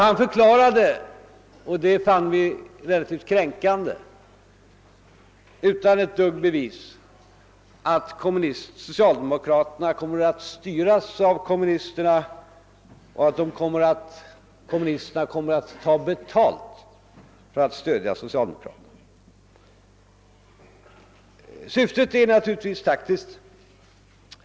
Han förklarade — och det fann vi relativt kränkande — utan minsta bevis att socialdemokraterna kommer att styras av kommunisterna och att kommunisterna kommer att ta betalt för att stödja socialdemokraterna. Syftet är naturligtvis taktiskt.